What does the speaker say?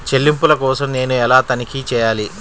చెల్లింపుల కోసం నేను ఎలా తనిఖీ చేయాలి?